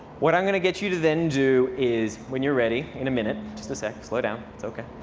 what i'm going to get you to then do is, when you're ready in a minute. just a sec, slow down. it's